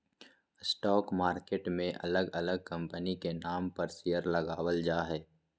stock market मे अलग अलग कंपनी के नाम पर शेयर लगावल जा हय